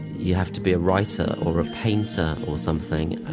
you have to be a writer or a painter or something.